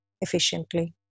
efficiently